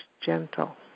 gentle